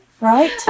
Right